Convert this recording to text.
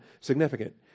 significant